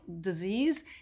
disease